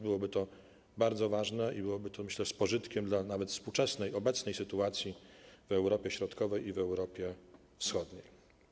Byłoby to bardzo ważne i byłoby to, myślę, z pożytkiem dla nawet współczesnej, obecnej sytuacji w Europie Środkowej i w Europie Wschodniej.